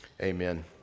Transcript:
Amen